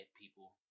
people